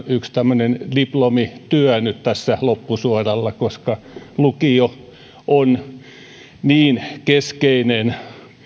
yksi tämmöinen sivistysvaliokunnan diplomityö nyt loppusuoralla lukio on niin keskeinen